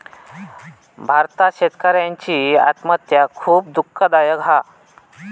भारतात शेतकऱ्यांची आत्महत्या खुप दुःखदायक हा